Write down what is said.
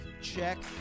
check